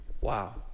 Wow